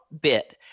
bit